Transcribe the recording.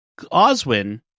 Oswin